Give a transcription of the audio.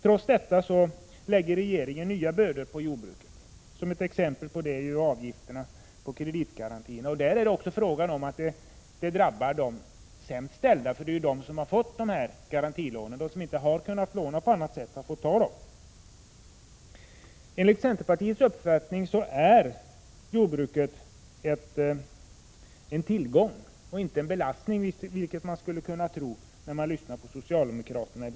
Trots detta lägger regeringen nya bördor på jordbruket. Ett exempel på det är avgifterna på kreditgarantin. Det drabbar de sämst ställda, därför att det är de som inte har kunnat låna på annat sätt som har fått detta garantilån. Enligt centerpartiets uppfattning är jordbruket en tillgång och inte en belastning, vilket man ibland skulle kunna tro när man lyssnar på socialdemokraterna.